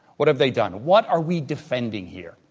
what have they done? what are we defending here?